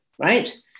right